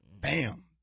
Bam